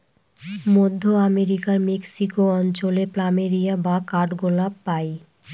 মধ্য আমেরিকার মেক্সিকো অঞ্চলে প্ল্যামেরিয়া বা কাঠগোলাপ পাই